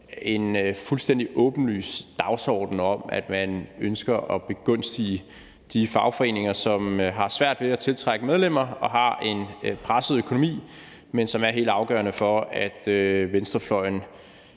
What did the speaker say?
en fuldstændig åbenlys dagsorden om, at man ønsker at begunstige de fagforeninger, som har svært ved at tiltrække medlemmer, og som har en presset økonomi, men som er helt afgørende for, at venstrefløjen